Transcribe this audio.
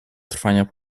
trwania